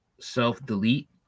self-delete